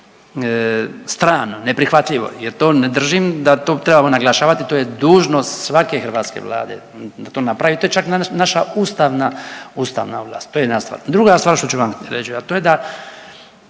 strano, neprihvatljivo jer to ne držim da to trebamo naglašavati, to je dužnost svake hrvatske vlade da to napravi, to je čak naša ustavna ovlast. To je jedna stvar. Druga stvar što ću vam reći, a to je da